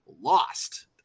lost